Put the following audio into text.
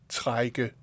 trække